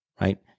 right